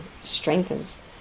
strengthens